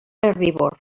herbívor